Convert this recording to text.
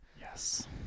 Yes